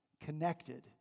connected